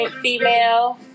female